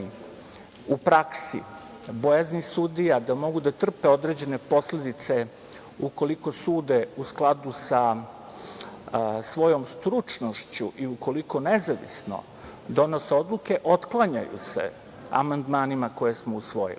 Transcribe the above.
u praksi, bojazni sudija da mogu da trpe određene posledice ukoliko sude u skladu sa svojom stručnošću i ukoliko nezavisno donose odluke, otklanjaju se amandmanima koje smo usvojili.